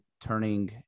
turning